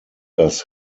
das